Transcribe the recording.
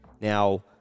Now